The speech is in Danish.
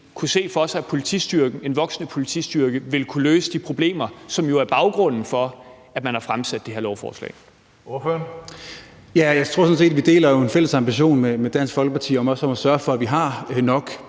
se for sig, at politistyrken, en voksende politistyrke, ville kunne løse de problemer, som jo er baggrunden for, at man har fremsat det her lovforslag? Kl. 15:49 Tredje næstformand (Karsten Hønge): Ordføreren. Kl. 15:49 Bjørn Brandenborg (S): Vi deler jo en fælles ambition med Dansk Folkeparti om også at sørge for, at vi har nok